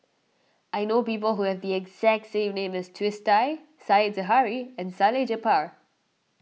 I know people who have the exact name as Twisstii Said Zahari and Salleh Japar